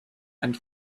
and